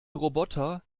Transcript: roboter